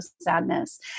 sadness